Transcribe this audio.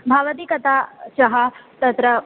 भवती कदा सः तत्र